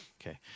Okay